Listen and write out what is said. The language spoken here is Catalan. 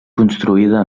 construïda